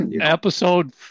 episode